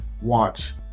watch